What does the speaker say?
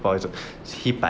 不好意思七百